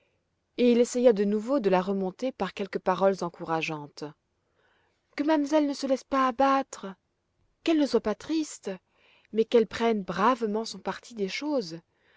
et il essaya de nouveau de la remonter par quelques paroles encourageantes que mamselle ne se laisse pas abattre qu'elle ne soit pas triste mais qu'elle prenne bravement son parti des choses